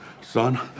Son